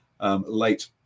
late